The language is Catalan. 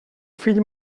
fill